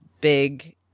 big